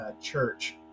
church